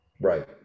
Right